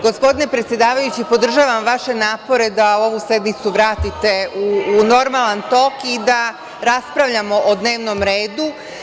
Gospodine predsedavajući, podržavam vaše napore da ovu sednicu vratite u normalan tok i da raspravljamo o dnevnom redu.